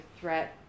threat